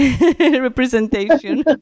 representation